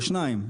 בשניים,